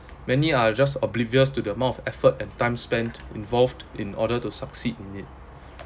many are just oblivious to the amount of effort and time spent involved in order to succeed in it